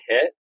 hit